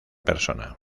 persona